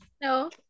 No